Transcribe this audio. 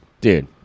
Dude